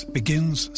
begins